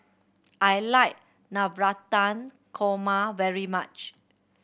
I like Navratan Korma very much